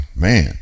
man